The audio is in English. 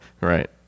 Right